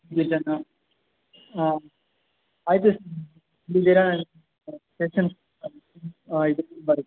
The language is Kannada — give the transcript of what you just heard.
ಹಾಂ